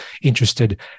interested